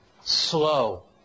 slow